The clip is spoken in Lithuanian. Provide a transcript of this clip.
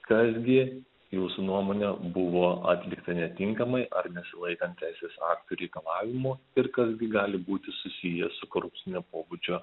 kas gi jūsų nuomone buvo atlikta netinkamai ar nesilaikant teisės aktų reikalavimų ir kas gi gali būti susiję su korupcinio pobūdžio